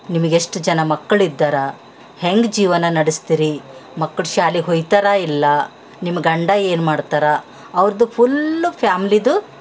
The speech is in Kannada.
ನಿಮ್ಗೆ ಎಷ್ಟು ಜನ ಮಕ್ಳು ಇದ್ದಾರೆ ಹೆಂಗೆ ಜೀವನ ನಡೆಸ್ತೀರಿ ಮಕ್ಕಳು ಶಾಲೆಗ್ ಹೊಯ್ತಾರ ಇಲ್ಲ ನಿಮ್ಮ ಗಂಡ ಏನ್ಮಾಡ್ತಾರೆ ಅವ್ರದ್ದು ಫುಲ್ ಫ್ಯಾಮ್ಲಿದು